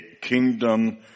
Kingdom